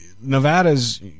Nevada's